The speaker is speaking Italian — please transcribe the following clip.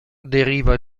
deriva